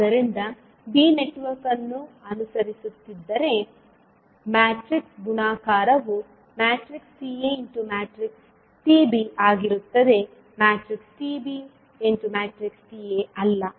ಆದ್ದರಿಂದ b network ಅನ್ನು ಅನುಸರಿಸುತ್ತಿದ್ದರೆ ಮ್ಯಾಟ್ರಿಕ್ಸ್ ಗುಣಾಕಾರವು TaTb ಆಗಿರುತ್ತದೆ TbTa ಅಲ್ಲ